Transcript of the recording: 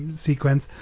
sequence